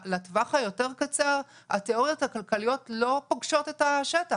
לטווח היותר קצר התיאוריות הכלכליות לא פוגשות את השטח,